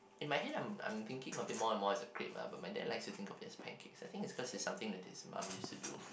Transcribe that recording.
in my head I'm I'm thinking of it more and more as a crepe ah but my dad likes to think of it as a pancake I think is cause it's something that his mum used to do